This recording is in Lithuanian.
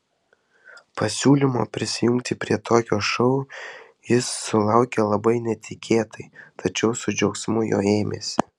pasiūlymo prisijungti prie tokio šou jis sulaukė labai netikėtai tačiau su džiaugsmu jo ėmėsi